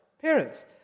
parents